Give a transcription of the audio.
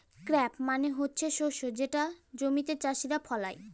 crop মানে হচ্ছে শস্য যেটা জমিতে চাষীরা ফলায়